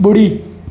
बु॒ड़ी